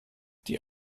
die